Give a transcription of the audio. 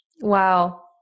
Wow